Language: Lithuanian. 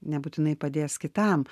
nebūtinai padės kitam